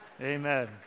Amen